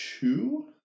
two